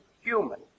human